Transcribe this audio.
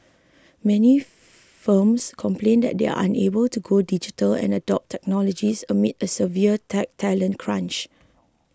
many firms complain that they are unable to go digital and adopt technologies amid a severe tech talent crunch